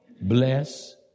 bless